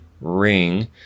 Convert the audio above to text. ring